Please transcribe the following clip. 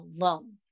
alone